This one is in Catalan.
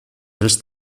dels